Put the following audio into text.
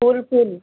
full full